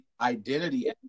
identity